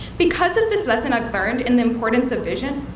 because of this lesson i've learned in the importance of vision,